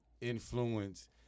influence